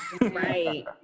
Right